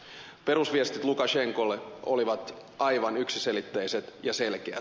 perusviestit lukashenkalle olivat aivan yksiselitteiset ja selkeät